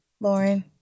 Lauren